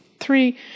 three